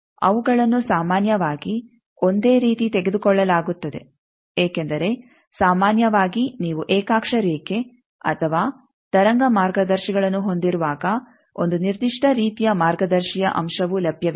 ಅವುಗಳನ್ನು ಸಾಮಾನ್ಯವಾಗಿ ಒಂದೇ ರೀತಿ ತೆಗೆದುಕೊಳ್ಳಲಾಗುತ್ತದೆ ಏಕೆಂದರೆ ಸಾಮಾನ್ಯವಾಗಿ ನೀವು ಏಕಾಕ್ಷ ರೇಖೆ ಅಥವಾ ತರಂಗ ಮಾರ್ಗದರ್ಶಿಗಳನ್ನು ಹೊಂದಿರುವಾಗ ಒಂದು ನಿರ್ದಿಷ್ಟ ರೀತಿಯ ಮಾರ್ಗದರ್ಶಿಯ ಅಂಶವೂ ಲಭ್ಯವಿದೆ